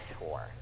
tour